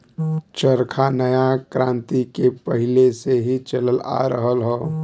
चरखा नया क्रांति के पहिले से ही चलल आ रहल हौ